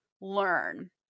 learn